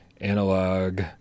Analog